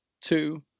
two